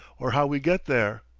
or how we get there.